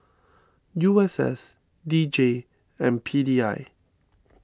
U S S D J and P D I